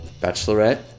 Bachelorette